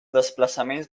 desplaçaments